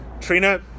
Trina